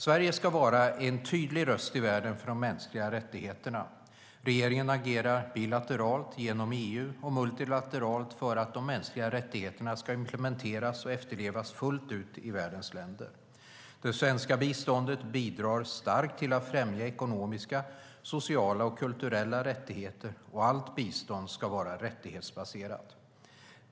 Sverige ska vara en tydlig röst i världen för de mänskliga rättigheterna. Regeringen agerar bilateralt, genom EU, och multilateralt för att de mänskliga rättigheterna ska implementeras och efterlevas fullt ut i världens länder. Det svenska biståndet bidrar starkt till att främja ekonomiska, sociala och kulturella rättigheter, och allt bistånd ska vara rättighetsbaserat.